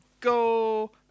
go